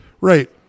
Right